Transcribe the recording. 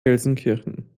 gelsenkirchen